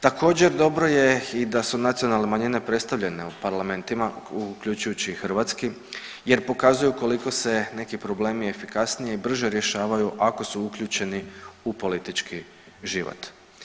Također dobro je i da su nacionalne manjine predstavljene u parlamentima, uključujući i hrvatski jer pokazuju koliko se neki problemi efikasnije i brže rješavaju ako su uključeni u politički život.